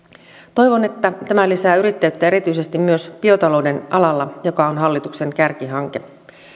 toivon että tämä lisää yrittäjyyttä erityisesti biotalouden alalla joka on hallituksen kärkihanke